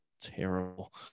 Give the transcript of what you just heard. terrible